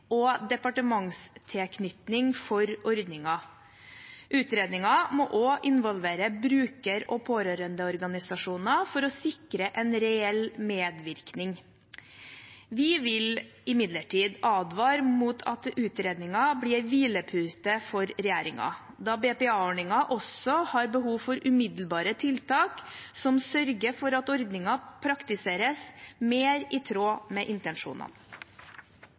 og departementstilknytning for ordningen. Utredningen må også involvere bruker- og pårørendeorganisasjoner for å sikre en reell medvirkning. Vi vil imidlertid advare mot at utredningen blir en hvilepute for regjeringen, da BPA-ordningen også har behov for umiddelbare tiltak som sørger for at ordningen praktiseres mer i tråd med intensjonene.